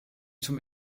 zum